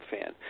fan